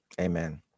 Amen